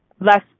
less